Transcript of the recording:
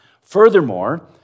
Furthermore